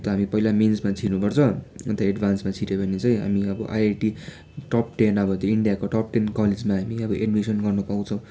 अन्त हामी पहिला मेन्समा छिर्नु पर्छ अन्त एडभान्समा छिर्यो भने चाहिँ हामी अब आइआइटी टप टेन अब इन्डियाको टप टेन कलेजमा हामी अब एडमिसन गर्न पाउँछ